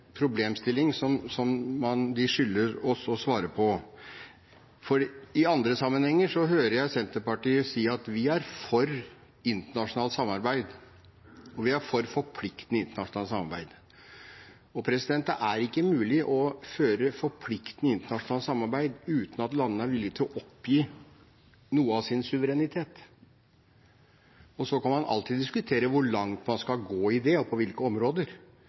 problemstilling som de skylder oss å svare på. I andre sammenhenger hører jeg Senterpartiet si at de er for et forpliktende internasjonalt samarbeid. Det er ikke mulig å ha et forpliktende internasjonalt samarbeid uten at landene er villig til å oppgi noe av sin suverenitet. Så kan man alltid diskutere hvor langt man skal gå her, og på hvilke områder.